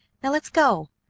now, let's go!